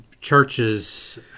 churches